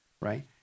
right